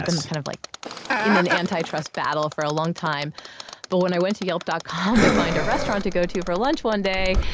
been in kind of like in an anti-trust battle for a long time but when i went to yelp. com to find a restaurant to go to for lunch one day,